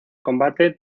combate